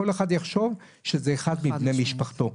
כל אחד יחשוב שזה אחד מבני משפחתו.